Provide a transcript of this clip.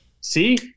see